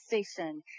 station